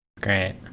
Great